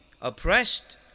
oppressed